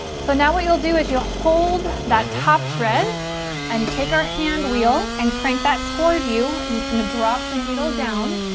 so now what you'll do is you hold that top thread and take our hand wheel and crank that toward you and it's gonna drop the needle down